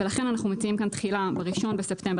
לכן אנחנו מציעים כאן תחילה ב-1 בספטמבר